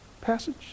passage